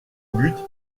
butte